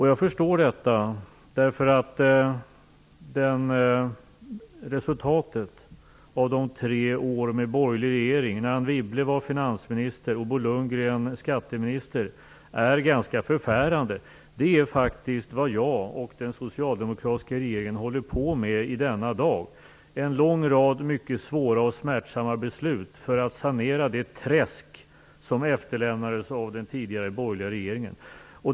Jag förstår detta därför att resultatet av de tre år med borgerlig regering då Anne Wibble var finansminister och Bo Lundgren skatteminister är ganska förfärande. Det är faktiskt vad jag och den socialdemokratiska regeringen håller på med i denna dag: en lång rad mycket svåra och smärtsamma beslut för att sanera det träsk som efterlämnades av den tidigare borgerliga regeringen.